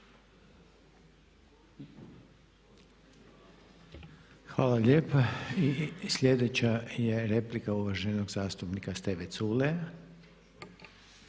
Hvala lijepa. I sljedeća je replika uvaženog zastupnika Steve Culeja.